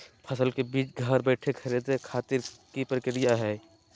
फसल के बीज घर बैठे खरीदे खातिर की प्रक्रिया हय?